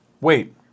wait